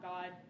God